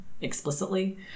explicitly